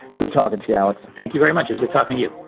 good talking to you, alex. and thank you very much as we're talking to you